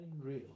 real